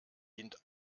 dient